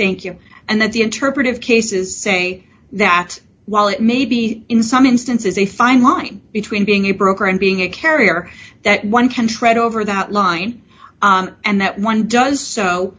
thank you and that the interpretive cases say that while it may be in some instances a fine line between being a broker and being a carrier that one can tread over that line and that one does so